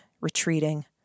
retreating